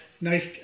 nice